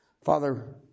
Father